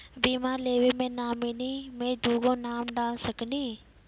बीमा लेवे मे नॉमिनी मे दुगो नाम डाल सकनी?